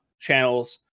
channels